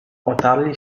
otarli